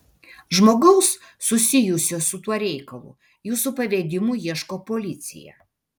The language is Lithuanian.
žmogaus susijusio su tuo reikalu jūsų pavedimu ieško policija